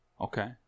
Okay